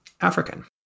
African